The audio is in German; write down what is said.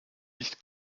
nicht